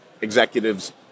executives